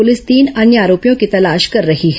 police तीन अन्य आरोपियों की तलाश कर रही है